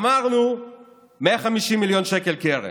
אמרנו 150 מיליון שקל, קרן.